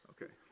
Okay